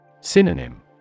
Synonym